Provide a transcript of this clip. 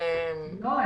לא,